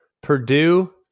Purdue